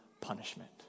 punishment